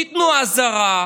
תיתנו אזהרה,